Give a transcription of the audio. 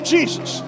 Jesus